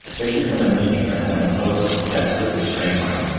this had been a meeting that had imposed a des perate restraint on him,